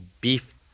beef